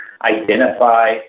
identify